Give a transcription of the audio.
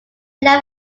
left